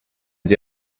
sie